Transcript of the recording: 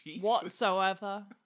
whatsoever